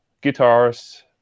Guitars